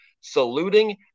saluting